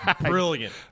Brilliant